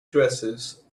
dresses